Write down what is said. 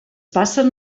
passen